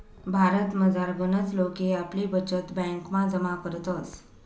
भारतमझार गनच लोके आपली बचत ब्यांकमा जमा करतस